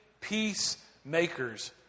peacemakers